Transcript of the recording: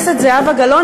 גלאון,